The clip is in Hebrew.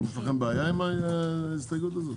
יש לכם בעיה עם ההסתייגות הזאת?